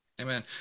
Amen